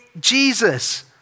Jesus